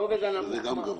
שזה גם גבוה.